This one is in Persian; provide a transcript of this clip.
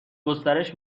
گسترش